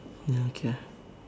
ya okay ah